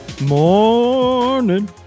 morning